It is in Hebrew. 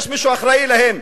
מישהו אחראי להם,